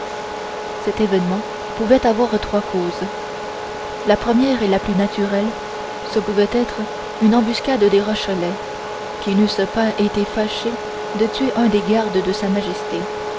cet événement pouvait avoir trois causes la première et la plus naturelle pouvait être une embuscade des rochelois qui n'eussent pas été fâchés de tuer un des gardes de sa majesté